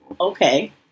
Okay